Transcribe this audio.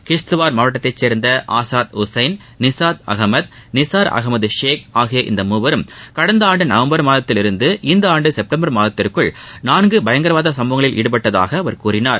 கிஷ்ட்வார் மாவட்டத்தைச் சேர்ந்த ஆஸாத் உசைன் நிஸாத் அகமது நிஸார் அகமது ஷேக் ஆகிய இந்த மூவரும் கடந்த ஆண்டு நவம்பர் மாதத்தில் இருந்து இவ்வாண்டு செப்டம்பர் மாதத்திற்குள் நான்கு பயங்கரவாத சும்பவங்களில் ஈடுபட்டதாக அவர் கூறினார்